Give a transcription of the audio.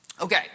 Okay